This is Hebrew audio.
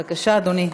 בבקשה, אדוני.